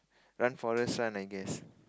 run forest run I guess